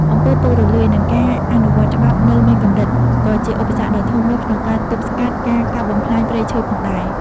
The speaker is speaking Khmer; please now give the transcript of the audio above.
អំពើពុករលួយ និងការអនុវត្តច្បាប់នៅមានកម្រិតក៏ជាឧបសគ្គដ៏ធំមួយក្នុងការទប់ស្កាត់ការកាប់បំផ្លាញព្រៃឈើផងដែរ។